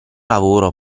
lavoro